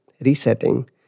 resetting